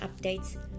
updates